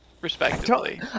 respectively